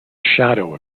shadow